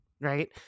Right